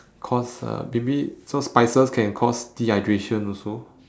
cause uh maybe so spices can cause dehydration also